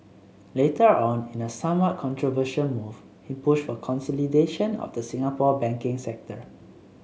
later on in a somewhat controversial move he pushed for consolidation of the Singapore banking sector